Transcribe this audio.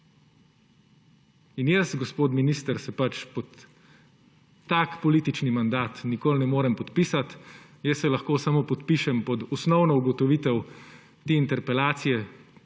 Jaz, gospod minister, se pač pod tak politični mandat nikoli ne morem podpisati, lahko se samo podpišem pod osnovno ugotovitev te interpelacije,